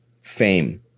fame